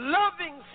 loving